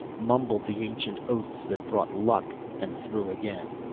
mumbled the ancient oaths that brought luck and threw again.